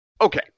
okay